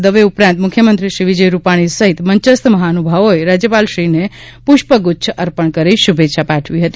દવે ઉપરાંત મુખ્યમંત્રી શ્રી વિજયભાઇ રૂપાકાી સહિત મંચસ્થ મહાનુભાવોએ રાજ્યપાલશ્રીને પુષ્પગુચ્છ અર્પણ કરી શુભેચ્છા પાઠવી હતી